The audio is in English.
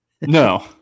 No